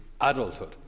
adulthood